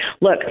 Look